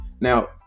Now